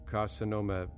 Carcinoma